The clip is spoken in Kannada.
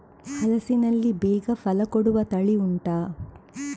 ಹಲಸಿನಲ್ಲಿ ಬೇಗ ಫಲ ಕೊಡುವ ತಳಿ ಉಂಟಾ